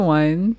one